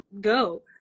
go